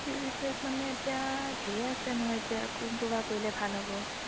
কি বিজনেছ মানে এতিয়া ধেৰ আছে নহয় এতিয়া কোনটো বা কৰিলে ভাল হ'ব